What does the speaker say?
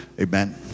Amen